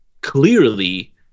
clearly